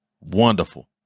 Wonderful